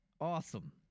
Awesome